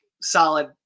solid